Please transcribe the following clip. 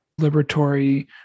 liberatory